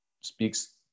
speaks